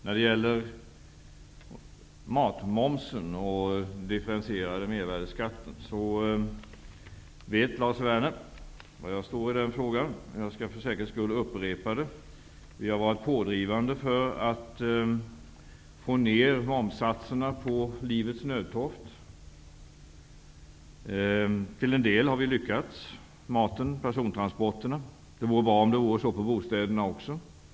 När det gäller matmomsen och den differentierade mervärdesskatten vet Lars Werner var jag står. Jag skall för säkerhets skull upprepa det. Vi har varit pådrivande när det gällt att få ned momssatserna på sådant som ingår i livets nödtorft. Till en del har vi lyckats, nämligen när det gäller maten och persontransporterna. Det vore bra om så också vore fallet med bostäderna.